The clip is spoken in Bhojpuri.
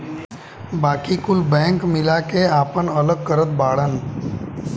बाकी कुल बैंक मिला के आपन अलग करत बाड़न